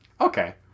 Okay